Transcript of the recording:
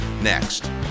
next